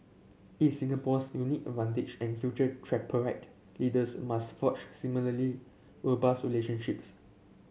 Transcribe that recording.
Singapore's unique advantage and future tripartite leaders must forge similarly robust relationships